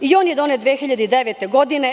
I on je donet 2009. godine.